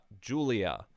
julia